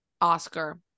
Oscar